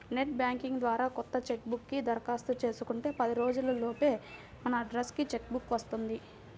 net banking ద్వారా కొత్త cheque book కి దరఖాస్తు చేసుకుంటే పది రోజుల లోపే మన అడ్రస్ కి చెక్ బుక్ వస్తుంది